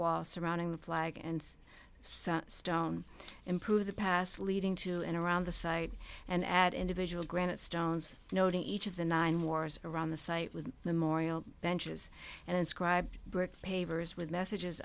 wall surrounding the flag and some stone improve the past leading to and around the site and add individual granite stones noting each of the nine wars around the site with memorial benches and inscribed brick pavers with messages